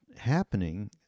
happening